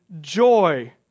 joy